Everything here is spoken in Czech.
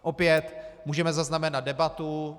Opět můžeme zaznamenat debatu.